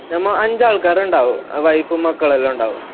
നമ്മൾ അഞ്ചാൾക്കാരുണ്ടാവും വൈഫും മക്കളെല്ലാം ഉണ്ടാവും